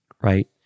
Right